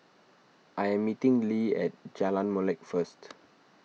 I am meeting Le at Jalan Molek first